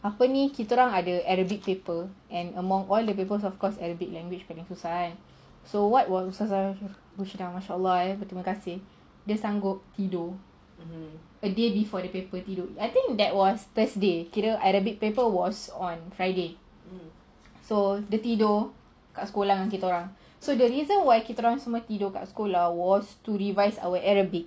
apa ni kita orang ada arabic paper and among all the paper of course arabic language paling susah kan so what was ustazah mashallah beterima kasih dia sanggup tidur a day before the paper I think that was thursday kira arabic paper was on friday so dia tidur kat sekolah dengan kita orang so the reason why kita semua tidur kat sekolah was to revise our arabic